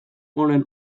honen